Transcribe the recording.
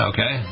Okay